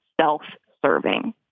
self-serving